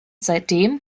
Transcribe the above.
seitdem